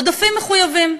עודפים מחויבים.